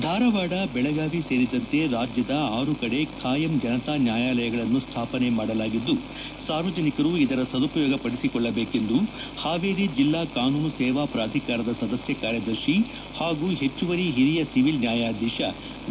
ಧಾರವಾಡಬೆಳಗಾವಿ ಸೇರಿದಂತೆ ರಾಜ್ಯದ ಆರು ಕಡೆ ಖಾಯಂ ಜನತಾ ನ್ಯಾಯಾಲಯಗಳನ್ನು ಸ್ಮಾಪನೆ ಮಾಡಲಾಗಿದ್ದುಸಾರ್ವಜನಿಕರು ಇದರ ಸದುಪಯೋಗಪಡಿಸಿಕೊಳ್ಳಬೇಕೆಂದು ಹಾವೇರಿ ಜೆಲ್ಲಾ ಕಾನೂನು ಸೇವಾ ಪ್ರಾಧಿಕಾರದ ಸದಸ್ಯ ಕಾರ್ಯದರ್ತಿ ಹಾಗೂ ಹೆಚ್ಚುವರಿ ಹಿರಿಯ ಸಿವಿಲ್ ನ್ಯಾಯಾಧೀಶ ವಿ